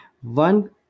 one